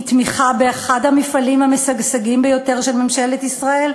תמיכה באחד המפעלים המשגשגים ביותר של ממשלת ישראל,